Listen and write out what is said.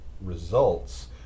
results